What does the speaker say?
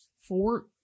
four